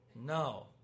no